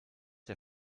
der